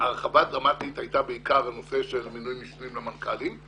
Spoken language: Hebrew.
ההרחבה הדרמטית הייתה בעיקר לנושא של מינוי משנים למנכ"לים,